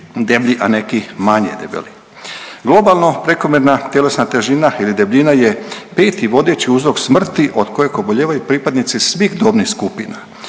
deblji, a neki manje debeli. Globalno prekomjerna tjelesna težina ili debljina je peti vodeći uzrok smrti od koje obolijevaju pripadnici svih dobnih skupina.